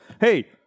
hey